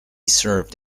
served